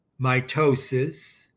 mitosis